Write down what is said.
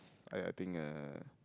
I think uh